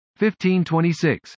1526